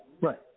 Right